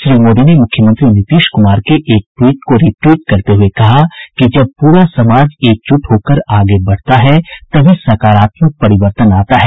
श्री मोदी ने मुख्यमंत्री नीतीश कुमार के एक ट्वीट को री ट्वीट करते हुए कहा कि जब पूरा समाज एकजुट होकर आगे बढ़ता है तभी सकारात्मक परिवर्तन आता है